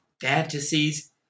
fantasies